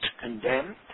condemned